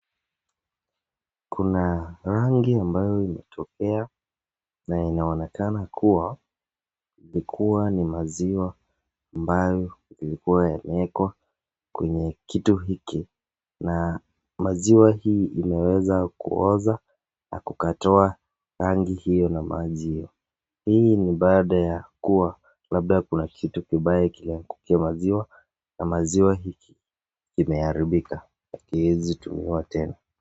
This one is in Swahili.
Kuna rangi ambayo imetokea na inaonekana kuwa ilikuwa ni maziwa ambayo ilikua yamewekwa kwenye kitu hiki, na maziwa hii imeweza kuoza na kukatoa rangi hiyo na maji hiyo. Hii ni baada ya kuwa labda kuna kitu kibaya kiliangukia maziwa, na maziwa hiki kimeharibika na hakiwezi tumiwa tena